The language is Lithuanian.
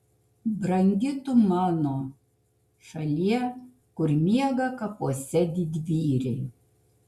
brangi tu mano šalie kur miega kapuose didvyriai